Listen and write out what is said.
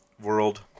world